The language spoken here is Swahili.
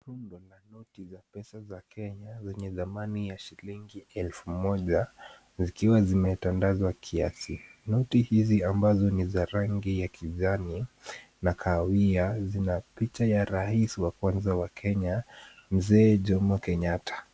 Kuna noti za pesa za Kenye zenye thamani ya shilingi elfu moja zikiwa zimetandazwa kiasi. Noti hizi ambazo ni za rangi ya kijani na kahawia ,zina picha ya rais wa kwanza wa Kenya mzee Jomo Kenyatta.